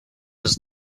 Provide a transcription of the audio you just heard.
was